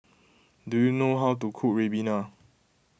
do you know how to cook Ribena